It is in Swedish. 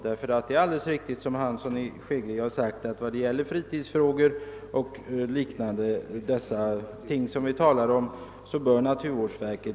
Såsom herr Hansson i Skegrie också framhållit bör man när det gäller fritidsfrågor och liknande ting få till stånd ett intimt samarbete med naturvårdsverket.